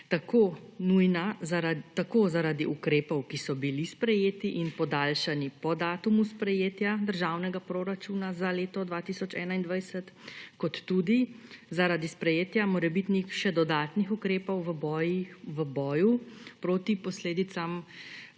tako zaradi ukrepov, ki so bili sprejeti in podaljšani po datumu sprejetja državnega proračuna za leto 2021, kot tudi zaradi sprejetja morebitnih še dodatnih ukrepov v boju proti posledicam